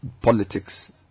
politics